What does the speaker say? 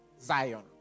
Zion